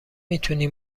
میتونی